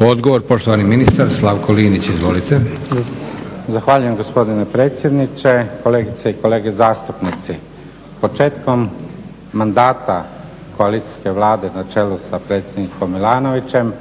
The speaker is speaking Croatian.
Odgovor poštovani ministar Slavko Linić. Izvolite. **Linić, Slavko (SDP)** Zahvaljujem gospodine predsjedniče, kolegice i kolege zastupnici. Početkom mandata koalicijske Vlade na čelu sa predsjednikom Milanovićem